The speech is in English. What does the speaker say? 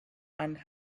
and